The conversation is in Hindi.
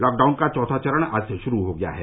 लॉकडाउन का चौथा चरण आज से शुरू हो गया है